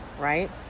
right